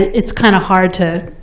it's kind of hard to